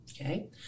Okay